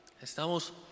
Estamos